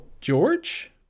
george